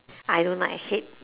I don't like I hate